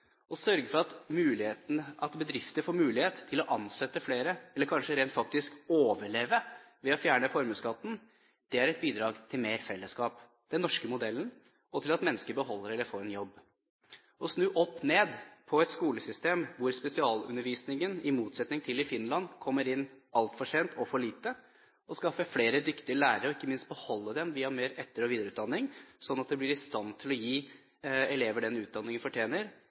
Å sørge for at bedrifter får mulighet til å ansette flere, eller kanskje faktisk får overleve, ved å fjerne formuesskatten er et bidrag til mer fellesskap – den norske modellen – og til at mennesker beholder eller får en jobb. Å snu opp-ned på et skolesystem hvor spesialundervisningen, i motsetning til i Finland, kommer inn altfor sent, med for lite. Å skaffe flere dyktige lærere, og ikke minst beholde dem ved mer etter- og videreutdanning sånn at de blir i stand til å gi elever den utdanningen de fortjener,